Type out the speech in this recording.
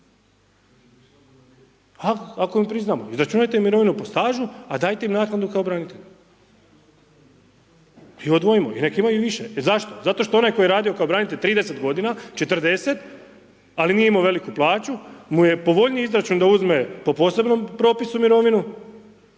Ako im priznamo, izračunajte mirovinu po stažu a dajte im naknadu kao branitelju i odvojimo, i nek imaju više. Jer zašto? Zato što onaj koji je radio ka branitelj 30 g., 40 ali nije imao veliku plaću mu je povoljniji izračun da uzme po posebnom propisu mirovinu,